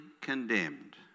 condemned